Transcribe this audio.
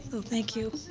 so thank you.